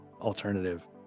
alternative